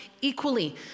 equally